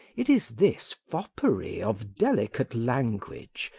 it is this foppery of delicate language,